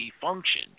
function